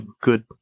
good